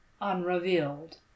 unrevealed